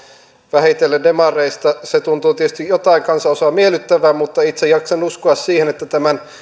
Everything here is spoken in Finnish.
vähitellen demareista se tuntuu tietysti jotain kansanosaa miellyttävän mutta itse jaksan uskoa siihen että tämän